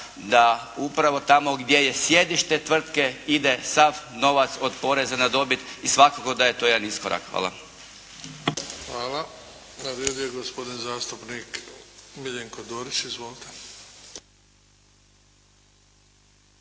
da upravo tamo gdje je sjedište tvrtke ide sav novac od poreza na dobit i svakako da je to jedan iskorak. Hvala. **Bebić, Luka (HDZ)** Hvala. Na redu je gospodin zastupnik Miljenko Dorić. Izvolite.